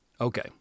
Okay